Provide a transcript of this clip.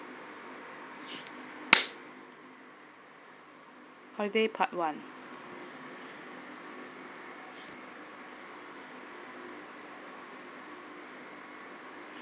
holiday part one